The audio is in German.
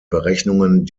berechnungen